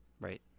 Right